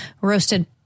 roasted